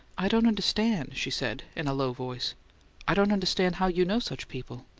i don't understand she said in a low voice i don't understand how you know such people.